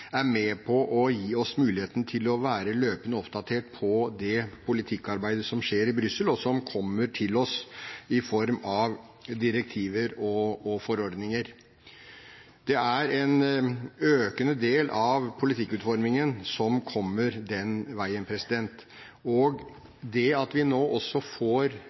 er med på å gi oss muligheten til å være løpende oppdatert på det politikkarbeidet som skjer i Brussel, og som kommer til oss i form av direktiver og forordninger. Det er en økende del av politikkutformingen som kommer den veien. Det at vi nå også får